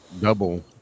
double